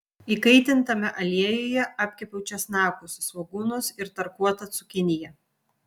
įkaitintame aliejuje apkepiau česnakus svogūnus ir tarkuotą cukiniją